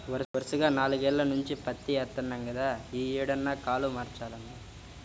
వరసగా నాల్గేల్ల నుంచి పత్తే యేత్తన్నాం గదా, యీ ఏడన్నా కాలు మార్చాలన్నా